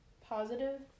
positive